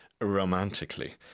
romantically